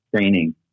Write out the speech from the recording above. training